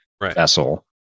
Vessel